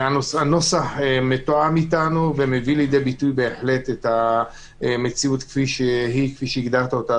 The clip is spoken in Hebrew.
הנוסח מביא לידי ביטוי את המציאות כפי שהגדרת אותה,